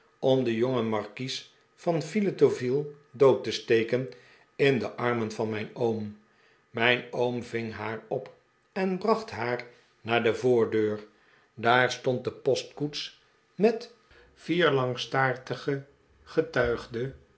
om den jongen markies van filletoville dood te steken in de armen van mijn oom mijn oom ving haar op en bracht haar naar devoordeur daar stond de postkoets met vier langstaartige getuigde